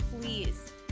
please